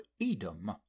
edom